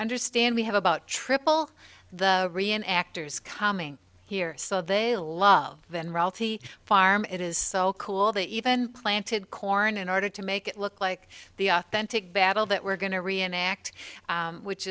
understand we have about triple the rian actors coming here so they love than reality farm it is so cool they even planted corn in order to make it look like the authentic battle that we're going to reenact which